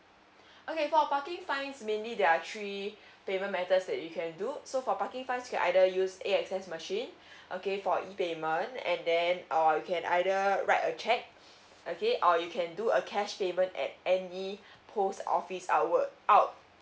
okay for a parking fine mainly there are three payment methods that you can do so for parking fines you can either use A_X_S machine okay for e payment and then or you can either write a cheque okay or you can do a cash payment at any post office hour out